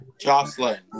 Jocelyn